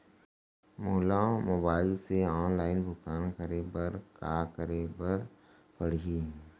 मोला मोबाइल से ऑनलाइन भुगतान करे बर का करे बर पड़ही?